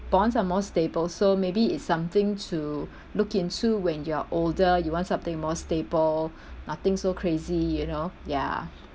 bonds are more stable so maybe it's something to look into when you're older you want something more stable nothing so crazy you know ya